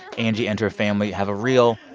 angie and her family have a real,